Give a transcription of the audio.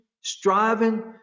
striving